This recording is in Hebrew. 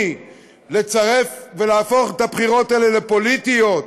לצרף ולהפוך את הבחירות האלה לפוליטיות,